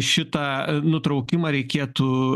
šitą nutraukimą reikėtų